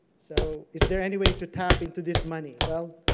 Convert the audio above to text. so is there any way to tap into this money? well,